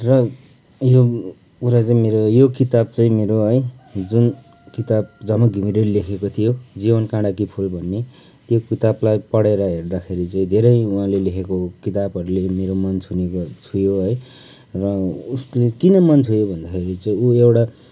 र यो कुरा चाहिँ मेरो यो किताब चाहिँ मेरो है जुन किताब झमक घिमिरेले लेखेको थियो जीवन काँडा कि फुल भन्ने त्यो किताबलाई पढेर हेर्दाखेरि चाहिँ धेरै उहाँले लेखेको किताबहरूले मेरो मन छुने छुयो है र उसले किन मन छुयो भन्दाखेरि चाहिँ उ एउटा